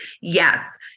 yes